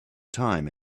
time